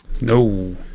No